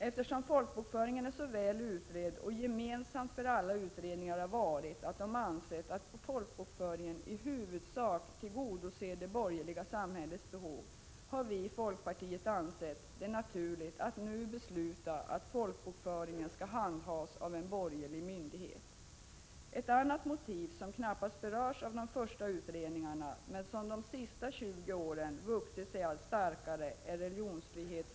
Eftersom folkbokföringen har utretts så väl och det gemensamma för alla utredningar har varit att de ansett att folkbokföringen i huvudsak tillgodoser det borgerliga samhällets behov har vi i folkpartiet funnit det naturligt att nu förorda att folkbokföringen skall handhas av en borgerlig myndighet. Ett annat motiv som knappt berörts av de första utredningarna, men som under de senaste 20 åren vuxit sig allt starkare, är religionsfrihetsaspekten.